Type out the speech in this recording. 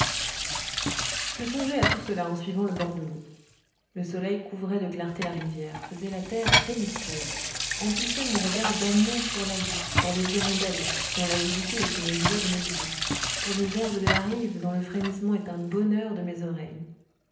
je songeais à tout cela en suivant le bord de l'eau le soleil couvrait de clarté la rivière faisait la terre délicieuse emplissait mon regard d'amour pour la vie pour les hirondelles dont l'agilité est une joie de mes yeux pour les herbes de la rive dont le frémissement est un bonheur de mes oreilles